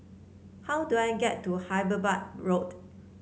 how do I get to Hyderabad Road